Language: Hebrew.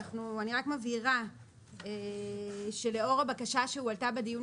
אני רק מבהירה שלאור הבקשה שהועלתה בדיון